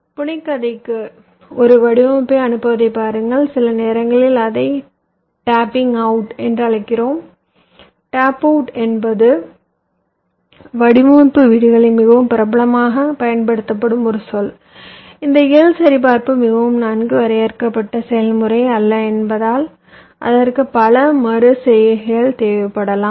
புனைகதைக்கு ஒரு வடிவமைப்பை அனுப்புவதைப் பாருங்கள் சில நேரங்களில் அதைத் டாப்பிங் அவுட் என்று அழைக்கிறோம் டேப் அவுட் என்பது வடிவமைப்பு வீடுகளில் மிகவும் பிரபலமாகப் பயன்படுத்தப்படும் ஒரு சொல் இந்த இயல் சரிபார்ப்பு மிகவும் நன்கு வரையறுக்கப்பட்ட செயல்முறை அல்ல என்பதால் இதற்கு பல மறு செய்கைகள் தேவைப்படலாம்